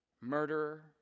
murderer